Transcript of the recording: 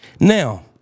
Now